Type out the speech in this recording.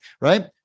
right